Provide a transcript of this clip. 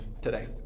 today